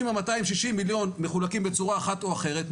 אם 260 המיליונים מחולקים בצורה אחת או אחרת,